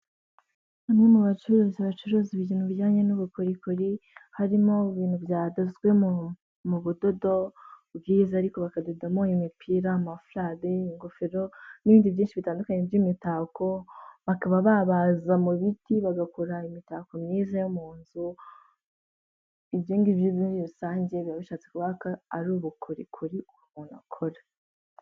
bamwe mu bacuruzi bacuruza ibintu bijyanye n'ubukorikori harimo ibintu byadozwe mu budodo bwiza ariko bakadodamo imipira amafarari ingofero n'ibindi byinshi bitandukanye by'imitako bakaba babaza mubiti bagakora imitako myiza yomunzu ibyongibyo muri rusange biba bishatse kuvugako ari ubukorikori umuntu akora